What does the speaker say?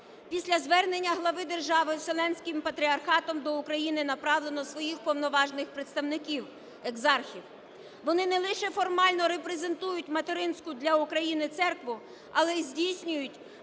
Після звернення глави держави Вселенським Патріархатом до України направлено своїх повноважних представників – екзархів. Вони не лише формально репрезентують материнську для України церкву, але й здійснюють